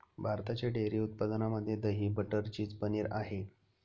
भारताच्या डेअरी उत्पादनामध्ये दही, बटर, चीज, पनीर आहे